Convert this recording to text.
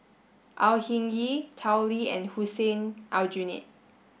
Au Hing Yee Tao Li and Hussein Aljunied